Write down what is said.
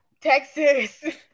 Texas